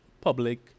public